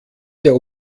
der